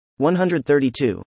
132